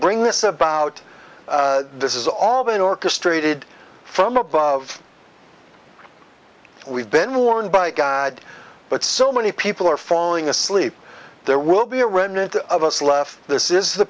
bring this about this is all been orchestrated from above we've been warned by god but so many people are falling asleep there will be a remnant of us left this is the